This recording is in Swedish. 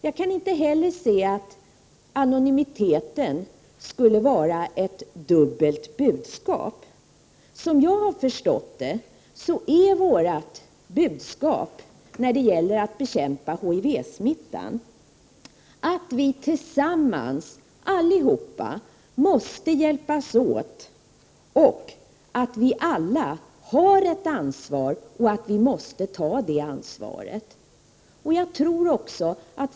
Jag kan inte heller inse att om vi ger människor rätt till anonymitet skulle vi ge dubbla budskap. Såvitt jag har förstått saken är vårt budskap när det gäller att bekämpa HIV-smittan att vi allihop tillsammans måste hjälpas åt och att vi alla har och också måste ta ett ansvar.